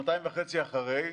שנתיים וחצי אחרי,